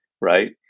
right